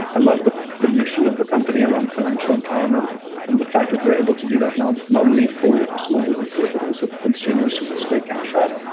love the the mission of the company around financial empowerment and the fact that we're able to do that now not only for small businesses, but also for consumers with this great cash ah up.